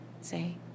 Say